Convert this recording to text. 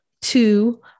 Two